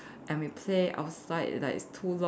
and we play outside like too long